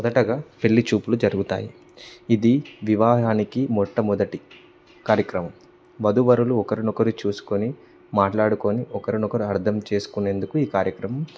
మొదటగా పెళ్లి చూపులు జరుగుతాయి ఇది వివాహనికి మొట్టమొదటి కార్యక్రమం వధువరులు ఒకరినొకరు చూసుకొని మాట్లాడుకొని ఒకరినొకరు అర్థం చేసుకునేందుకు ఈ కార్యక్రమం